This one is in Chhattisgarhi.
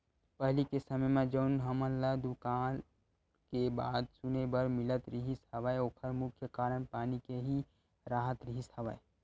पहिली के समे म जउन हमन ल दुकाल के बात सुने बर मिलत रिहिस हवय ओखर मुख्य कारन पानी के ही राहत रिहिस हवय